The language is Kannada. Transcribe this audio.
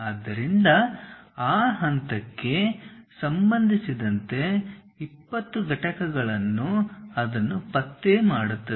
ಆದ್ದರಿಂದ ಆ ಹಂತಕ್ಕೆ ಸಂಬಂಧಿಸಿದಂತೆ 20 ಘಟಕಗಳು ಅದನ್ನು ಪತ್ತೆ ಮಾಡುತ್ತವೆ